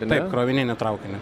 taip krovininį traukinį